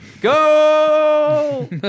Go